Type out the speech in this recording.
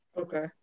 okay